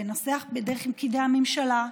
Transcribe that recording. לנסח בדרך עם פקידי הממשלה,